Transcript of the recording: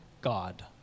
God